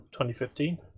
2015